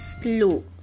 slow